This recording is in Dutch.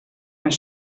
mijn